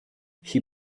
she